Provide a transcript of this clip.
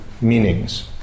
meanings